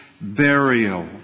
burial